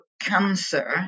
cancer